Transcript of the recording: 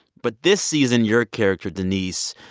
but this season, your character, denise,